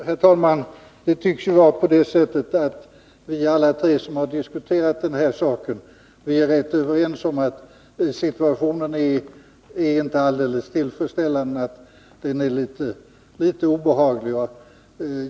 Herr talman! Det tycks ju vara på det sättet att vi alla tre som har diskuterat den här saken är rätt överens om att situationen inte är alldeles tillfredsställande, att den är litet obehaglig.